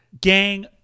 Gang